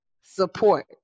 support